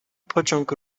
pociąg